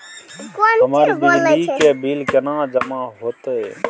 हमर बिजली के बिल केना जमा होते?